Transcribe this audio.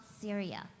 Syria